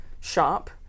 shop